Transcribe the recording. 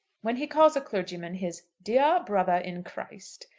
when he calls a clergyman his dear brother in christ,